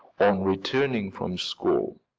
on returning from school.